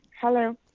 Hello